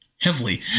heavily